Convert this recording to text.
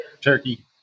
Turkey